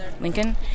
Lincoln